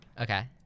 okay